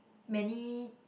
many